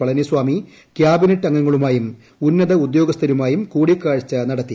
Palaniswami cabinet അംഗങ്ങളുമായും ഉന്നത ഉദ്യോഗസ്ഥരുമായും കൂടിക്കാഴ്ച നടത്തി